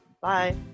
Bye